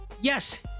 yes